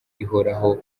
ihoraho